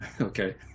Okay